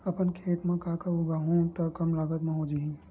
अपन खेत म का का उगांहु त कम लागत म हो जाही?